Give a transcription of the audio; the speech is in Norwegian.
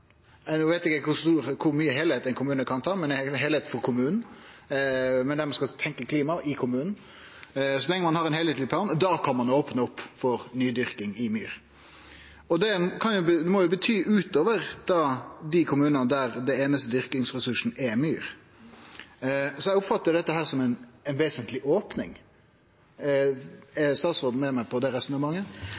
veit eg ikkje kor mykje heilskap ein kommune kan ha, men ein heilskap for kommunen, og kommunen skal jo tenkje klima – kan ein opne opp for nydyrking i myr. Det må jo bety utover dei kommunane der den einaste dyrkingsressursen er myr. Så eg oppfattar dette som ei vesentleg opning. Er statsråden med meg på det resonnementet?